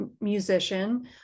musician